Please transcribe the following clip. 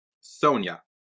Sonia